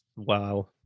Wow